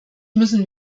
müssen